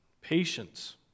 Patience